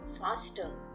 faster